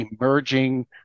emerging